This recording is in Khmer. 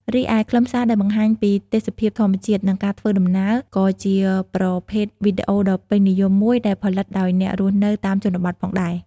រីឯខ្លឹមសារដែលបង្ហាញពី ទេសភាពធម្មជាតិ និងការធ្វើដំណើរ ក៏ជាប្រភេទវីដេអូដ៏ពេញនិយមមួយដែលផលិតដោយអ្នករស់នៅតាមជនបទផងដែរ។